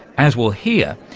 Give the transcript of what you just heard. as we'll hear,